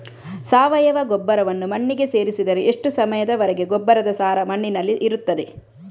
ಸಾವಯವ ಗೊಬ್ಬರವನ್ನು ಮಣ್ಣಿಗೆ ಸೇರಿಸಿದರೆ ಎಷ್ಟು ಸಮಯದ ವರೆಗೆ ಗೊಬ್ಬರದ ಸಾರ ಮಣ್ಣಿನಲ್ಲಿ ಇರುತ್ತದೆ?